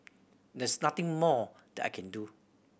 there's nothing more that I can do